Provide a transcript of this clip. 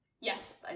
Yes